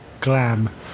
glam